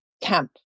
camp